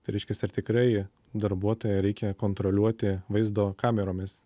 tai reiškias ar tikrai darbuotoją reikia kontroliuoti vaizdo kameromis